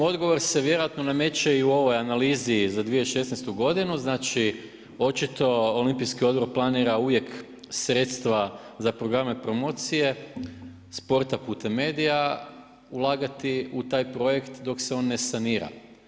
Pa mislim, odgovor se vjerojatno nameće i u ovoj analizi za 2016.g. znači očito Olimpijski odbor planira uvijek sredstva za programe promocije, sporta putem medija ulagati u taj projekt dok se on ne sanira.